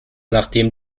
nachdem